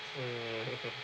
mm